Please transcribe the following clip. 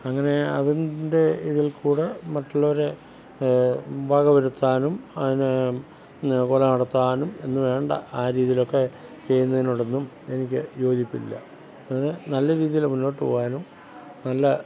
അങ്ങനെ അതിൻ്റെ ഇതിൽക്കൂടി മറ്റുള്ളവരെ വകവരുത്താനും അതിന് കൊലനടത്താനും എന്നു വേണ്ട ആ രീതിയിലൊക്കെ ചെയ്യുന്നതിനോടൊന്നും എനിക്ക് യോജിപ്പില്ല അതിന് നല്ല രീതിയിൽ മുന്നോട്ട് പോകാനും നല്ല